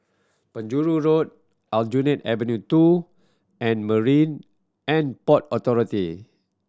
Penjuru Road Aljunied Avenue Two and Marine And Port Authority